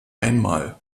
einmal